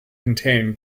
contain